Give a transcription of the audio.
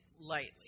lightly